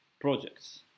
projects